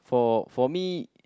for for me